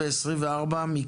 ב-2024,